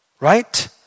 right